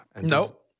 Nope